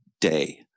day